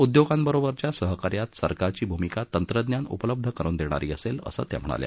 उद्योगांबरोबरच्या सहकार्यात सरकारची भूमिका तंत्रज्ञान उपलब्ध करुन देणारी असेल असं त्या म्हणाल्या